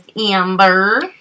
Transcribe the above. Amber